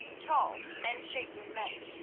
tall and shapely men.